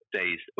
days